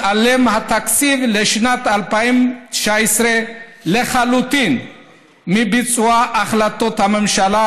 מתעלם התקציב לשנת 2019 לחלוטין מביצוע החלטות הממשלה